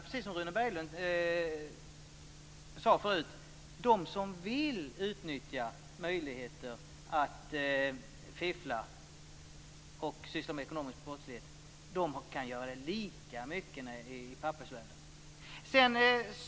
Precis som Rune Berglund tidigare sade kan de som vill fiffla och syssla med ekonomisk brottslighet göra det lika mycket i "pappersvärlden".